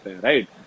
right